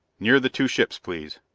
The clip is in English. near the two ships, please.